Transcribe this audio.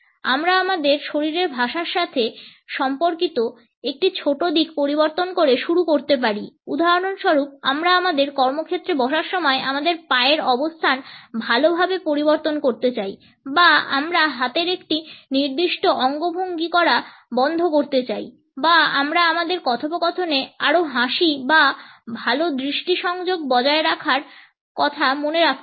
আমরা আমাদের শরীরের ভাষার সাথে সম্পর্কিত একটি ছোট দিক পরিবর্তন করে শুরু করতে পারি উদাহরণস্বরূপ আমরা আমাদের কর্মক্ষেত্রে বসার সময় পায়ের অবস্থান ভালভাবে পরিবর্তন করতে চাই বা আমরা হাতের একটি নির্দিষ্ট অঙ্গভঙ্গি করা বন্ধ করতে চাই বা আমরা আমাদের কথোপকথনে আরও হাসি বা ভাল দৃষ্টি সংযোগ বজায় রাখার কথা মনে রাখতে চাই